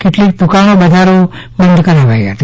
કેટલીકદુકાનો બજારો બંધ કરાવાઈ હતી